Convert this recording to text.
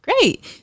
Great